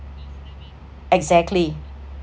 exactly